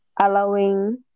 allowing